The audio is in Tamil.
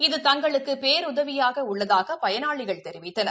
இது தங்களுக்கு பேருதவியாக உள்ளதாக பயனாளிகள் தெரிவித்தனர்